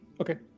Okay